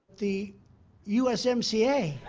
the usmca.